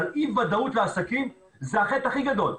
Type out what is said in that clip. אבל אי ודאות לעסקים זה החטא הכי גדול.